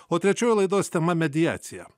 o trečioji laidos tema mediacija